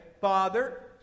Father